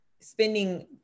spending